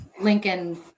Lincoln